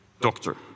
Doctor